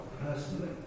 personally